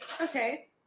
Okay